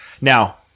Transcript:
Now